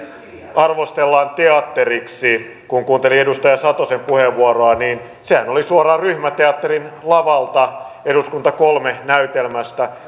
arvostellaan teatteriksi kun kuuntelin edustaja satosen puheenvuoroa niin sehän oli suoraan ryhmäteatterin lavalta eduskunta kolme näytelmästä